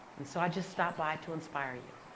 and so i just stopped by to inspire you.